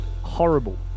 horrible